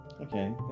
okay